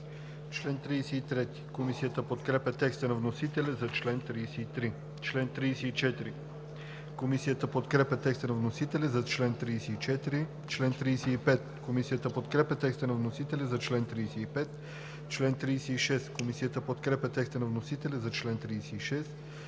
чл. 33. Комисията подкрепя текста на вносителя за чл. 34. Комисията подкрепя текста на вносителя за чл. 35. Комисията подкрепя текста на вносителя за чл. 36. Комисията подкрепя текста на вносителя за чл. 37.